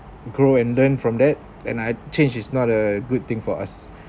grow and learn from that and I change is not a good thing for us